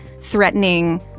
threatening